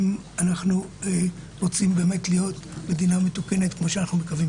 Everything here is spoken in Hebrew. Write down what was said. אם אנחנו רוצים באמת להיות מדינה מתוקנת כמו שאנחנו מקווים.